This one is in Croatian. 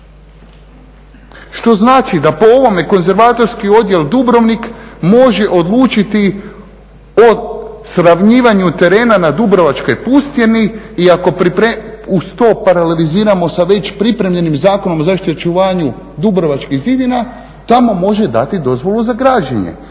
što znači da po ovome Konzervatorski odjel Dubrovnik može odlučiti o sravnjivanju terena na dubrovačkoj pustini i ako uz to paraleliziramo sa već pripremljenim Zakonom o zaštiti i očuvanju Dubrovačkih zidina, tamo može dati dozvolu za građenje.